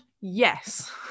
yes